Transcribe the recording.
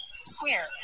Square